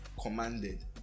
commanded